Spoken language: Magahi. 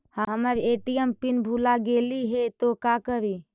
हमर ए.टी.एम पिन भूला गेली हे, तो का करि?